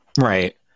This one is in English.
Right